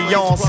Yon